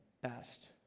best